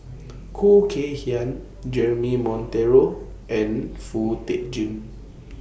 Khoo Kay Hian Jeremy Monteiro and Foo Tee Jun